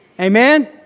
Amen